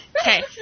Okay